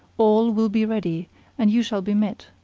all will be ready and you shall be met.